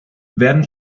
werden